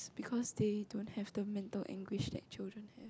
because they don't have the mental anguish that children have